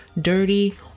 dirty